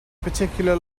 particular